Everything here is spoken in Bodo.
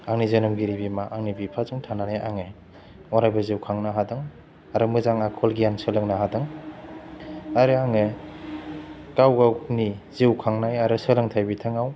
आंनि जोनोमगिरि बिमा आंनि बिफाजों थानानै आङाे अरायबो जौखांनो हादों आरो माेजां आखल गियान सोलोंनो हादों आरो आङाे गाव गावनि जिउ खांनाय आरो सोरांथाय बिथिङाव